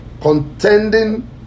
Contending